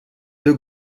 deux